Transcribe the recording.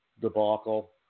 debacle